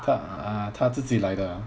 她自己来的